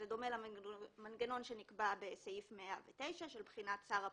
זה דומה למנגנון שנקבע בסעיף 109 של בחינת תכניות על ידי שר הפנים.